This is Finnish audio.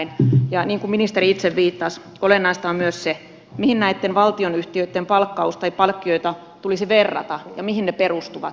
niin kuin ministeri itse viittasi olennaista on myös se mihin näitten valtionyhtiöitten palkkausta tai palkkioita tulisi verrata ja mihin ne perustuvat